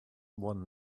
one